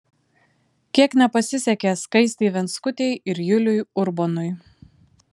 kiek nepasisekė skaistei venckutei ir juliui urbonui